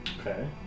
okay